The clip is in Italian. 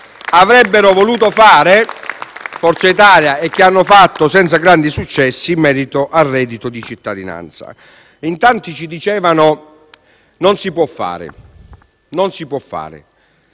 avrebbero voluto fare (Forza Italia) e che hanno fatto senza grandi successi in merito al reddito di cittadinanza. In tanti ci dicevano che non si può fare.